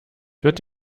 wird